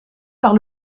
par